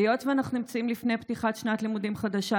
היות שאנחנו נמצאים לפני פתיחת שנת לימודים חדשה,